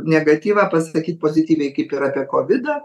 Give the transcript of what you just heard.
negatyvą pasakyt pozityviai kaip ir apie kovidą